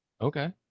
okay